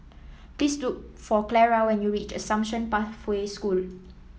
please look for Clara when you reach Assumption Pathway School